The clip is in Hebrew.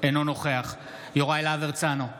אינו נוכח יוראי להב הרצנו,